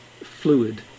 fluid